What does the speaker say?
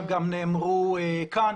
הם גם נאמרו כאן.